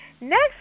Next